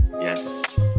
yes